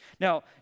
Now